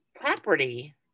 property